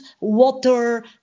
water